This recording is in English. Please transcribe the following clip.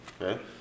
okay